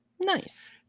Nice